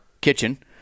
kitchen